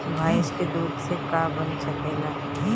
भइस के दूध से का का बन सकेला?